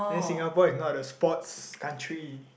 then Singapore is not a sports country